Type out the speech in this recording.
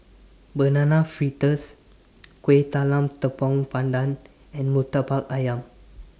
Banana Fritters Kueh Talam Tepong Pandan and Murtabak Ayam